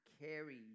carry